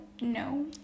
no